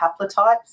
haplotypes